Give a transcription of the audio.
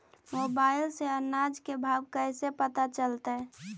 Mobile से अनाज के भाव कैसे पता चलतै?